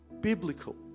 biblical